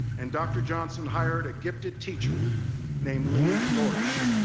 and dr. johnson hired a gifted teacher named lee lorch.